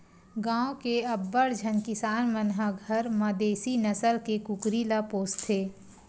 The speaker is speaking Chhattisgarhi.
गाँव के अब्बड़ झन किसान मन ह घर म देसी नसल के कुकरी ल पोसथे